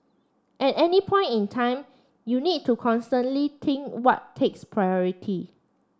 at any point in time you need to constantly think what takes priority